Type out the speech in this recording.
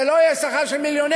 זה לא יהיה שכר של מיליונרים.